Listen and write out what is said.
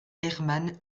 hermann